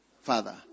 Father